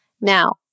Now